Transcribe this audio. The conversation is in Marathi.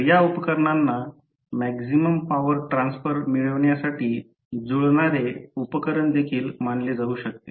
तर सिंगल फेज ट्रान्सफॉर्मर सह ही गोष्ट आहे